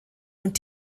und